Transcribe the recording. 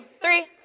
three